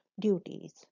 duties